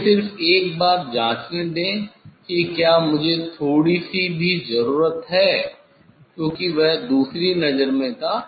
मुझे सिर्फ एक बार और जांचने दें कि क्या मुझे थोड़ी सी भी जरूरत है क्योंकि वह दूसरी नजर में था